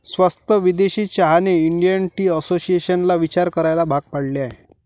स्वस्त विदेशी चहाने इंडियन टी असोसिएशनला विचार करायला भाग पाडले आहे